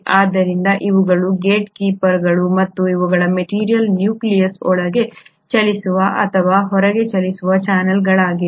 ಆದ್ದರಿಂದ ಇವುಗಳು ಗೇಟ್ಕೀಪರ್ಗಳು ಮತ್ತು ಇವುಗಳು ಮೆಟೀರಿಯಲ್ ನ್ಯೂಕ್ಲಿಯಸ್ ಒಳಗೆ ಚಲಿಸುವ ಅಥವಾ ಹೊರಗೆ ಚಲಿಸುವ ಚಾನಲ್ಗಳಾಗಿವೆ